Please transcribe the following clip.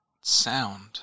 sound